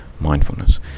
mindfulness